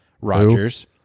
Rodgers